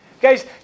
Guys